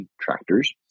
tractors